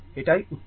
এটাই উত্তর